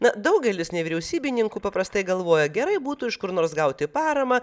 na daugelis nevyriausybininkų paprastai galvoja gerai būtų iš kur nors gauti paramą